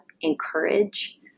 encourage